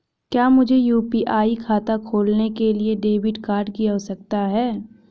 क्या मुझे यू.पी.आई खाता खोलने के लिए डेबिट कार्ड की आवश्यकता है?